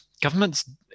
governments